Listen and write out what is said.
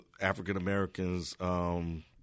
African-Americans